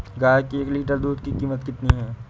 गाय के एक लीटर दूध की कीमत कितनी है?